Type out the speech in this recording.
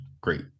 great